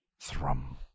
THRUM